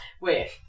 Wait